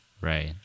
right